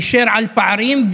גישר על פערים,